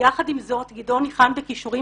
יחד עם זאת, גדעון ניחן בכישורים